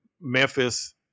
memphis